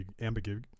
ambiguous